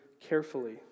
carefully